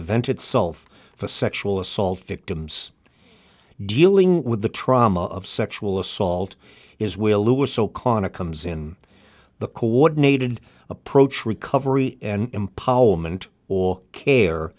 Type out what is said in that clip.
event itself for sexual assault victims dealing with the trauma of sexual assault is where lewis o'connor comes in the coordinated approach recovery and empowerment or care